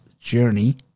journey